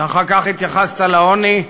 ואחר כך התייחסת לעוני,